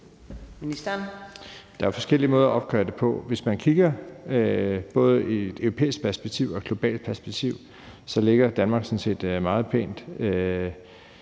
Der er jo forskellige måder at opgøre det på. Hvis man kigger på det både i et europæisk og et globalt perspektiv, ligger Danmark sådan set meget pænt,